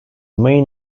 main